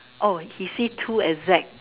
oh he see two as Z